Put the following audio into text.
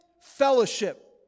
fellowship